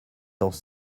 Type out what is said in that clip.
temps